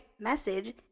message